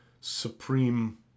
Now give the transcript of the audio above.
supreme